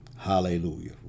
Hallelujah